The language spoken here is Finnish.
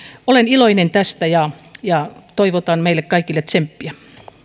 olen iloinen tästä ja ja toivotan meille kaikille tsemppiä